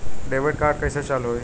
Debit card कइसे चालू होई?